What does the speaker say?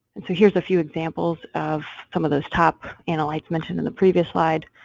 and so here's a few examples of some of those top analytes mentioned in the previous slide.